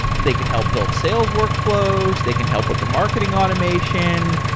they can help build sales workflows. they can help with the marketing automation.